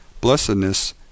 Blessedness